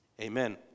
amen